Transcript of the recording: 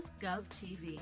GovTV